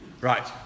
Right